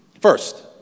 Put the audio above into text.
First